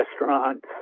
restaurants